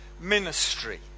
ministry